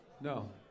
No